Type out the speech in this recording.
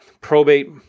Probate